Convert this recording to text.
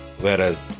whereas